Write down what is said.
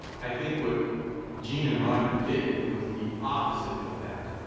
i think what gene and roger did was the opposite of that.